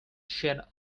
shed